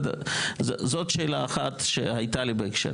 זאת שאלה אחת שהייתה לי בהקשר.